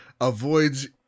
avoids